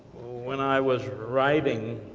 when i was writing,